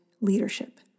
leadership